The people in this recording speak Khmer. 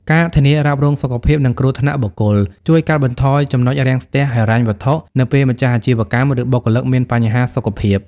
ការធានារ៉ាប់រងសុខភាព និងគ្រោះថ្នាក់បុគ្គល ជួយកាត់បន្ថយ ចំណុចរាំងស្ទះ ហិរញ្ញវត្ថុនៅពេលម្ចាស់អាជីវកម្ម ឬបុគ្គលិកមានបញ្ហាសុខភាព។